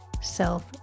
self